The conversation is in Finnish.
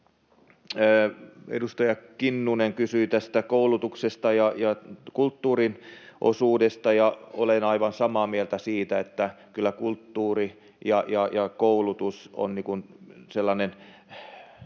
edustaja Kinnunen kysyi koulutuksesta ja kulttuurin osuudesta. Olen aivan samaa mieltä siitä, että kyllä kulttuuri ja koulutus ovat sellainen